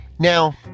Now